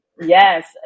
yes